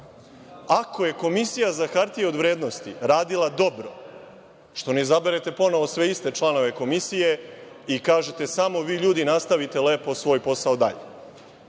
Ako je Komisija za hartije od vrednosti radila dobro, što ne izaberete ponovo sve iste članove Komisije i kažete – samo vi ljudi nastavite svoj posao dalje.